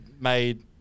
made